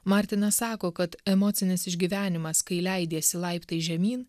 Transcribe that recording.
martinas sako kad emocinis išgyvenimas kai leidiesi laiptais žemyn